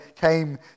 came